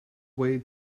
way